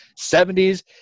70s